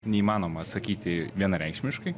neįmanoma atsakyti vienareikšmiškai